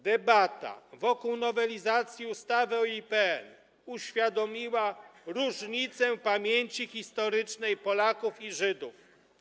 Debata wokół nowelizacji ustawy o IPN uświadomiła nam różnicę pamięci historycznej Polaków i Żydów.